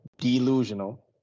Delusional